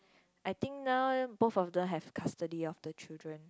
I think now both of them has custody of the children